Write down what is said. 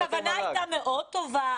הכוונה הייתה מאוד טובה,